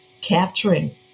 capturing